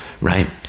right